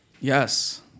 Yes